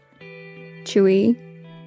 Chewy